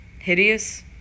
hideous